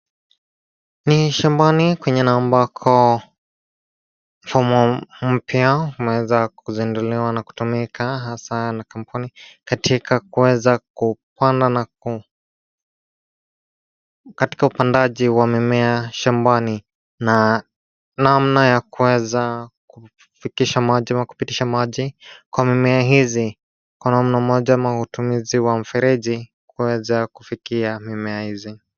Ni shamabani kwenye na ambako fomu mpya umeweza kuzinduliwa na kutumika hasa na kampuni katika upandaji wa mimea shambani na namna ya kuweza kufikisha maji ama kupitisha maji kwa mimea hizi kwa namna moja ama matumizi wa mfereji kuweza kufikia mimea hizi.